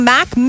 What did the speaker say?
Mac